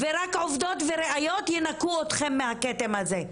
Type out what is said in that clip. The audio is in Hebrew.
ורק עובדות וראיות ינקו אתכם מהכתם הזה.